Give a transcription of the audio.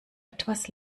etwas